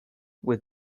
with